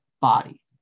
body